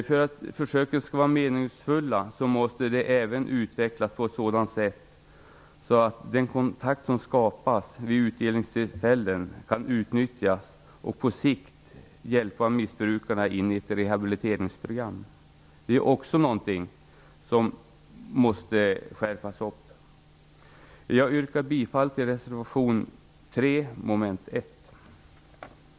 För att försöken skall vara meningsfulla måste de även utvecklas på ett sådant sätt att den kontakt som skapas vid utdelningstillfällena kan utnyttjas och på sikt hjälpa missbrukarna in i ett rehabiliteringsprogram. Det måste ske en skärpning i fråga om detta. Jag yrkar bifall till reservation 3 som gäller mom.